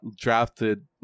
drafted